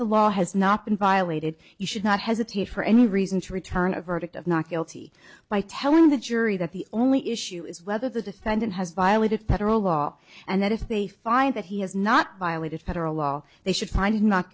the law has not been violated you should not hesitate for any reason to return a verdict of not guilty by telling the jury that the only issue you is whether the defendant has violated federal law and that if they find that he has not violated federal law they should find